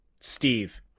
Steve